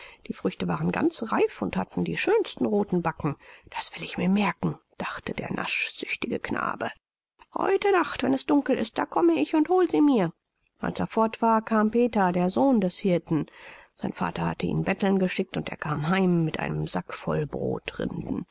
die früchte waren ganz reif und hatten die schönsten rothen backen das will ich mir merken dachte der naschlustige knabe heute nacht wenn es dunkel ist da komme ich und hole sie mir als er fort war kam peter der sohn des hirten sein vater hatte ihn betteln geschickt und er kam heim mit einem sack voll brodrinden